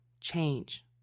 change